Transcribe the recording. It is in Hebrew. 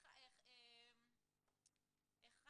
(1)